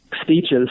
speeches